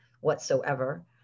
whatsoever